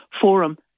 forum